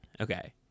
Okay